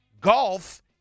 Golf